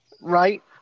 Right